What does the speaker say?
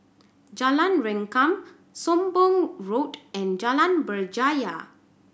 Jalan Rengkam Sembong Road and Jalan Berjaya